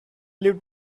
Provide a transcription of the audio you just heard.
leave